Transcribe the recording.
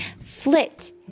Flit